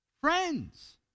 friends